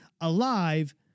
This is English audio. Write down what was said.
alive